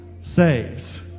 saves